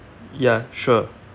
ya sure